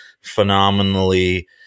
phenomenally